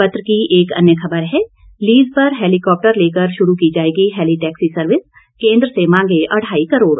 पत्र की एक अन्य खबर है लीज पर हेलीकॉप्टर लेकर शुरू की जाएगी हैली टैक्सी सर्विस केंद्र से मांगे अढाई करोड़